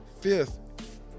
fifth